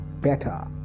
better